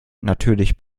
natürlich